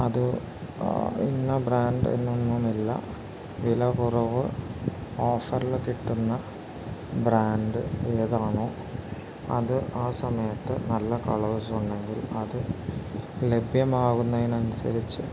അത് ഇന്ന ബ്രാൻഡ് എന്നൊന്നുമില്ല വില കുറവ് ഓഫറിൽ കിട്ടുന്ന ബ്രാൻഡ് ഏതാണോ അത് ആ സമയത്ത് നല്ല കളേഴ്സ് ഉണ്ടെങ്കിൽ അത് ലഭ്യമാകുന്നതിന് അനുസരിച്ചു